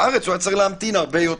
בארץ היה צריך להמתין הרבה יותר.